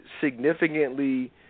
Significantly